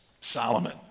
Solomon